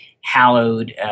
hallowed